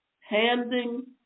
handing